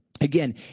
Again